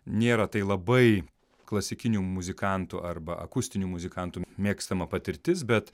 nėra tai labai klasikinių muzikantų arba akustinių muzikantų mėgstama patirtis bet